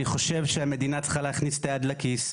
אני חושב שהמדינה צריכה להכניס את היד לכיס,